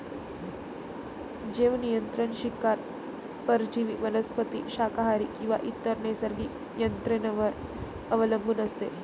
जैवनियंत्रण शिकार परजीवी वनस्पती शाकाहारी किंवा इतर नैसर्गिक यंत्रणेवर अवलंबून असते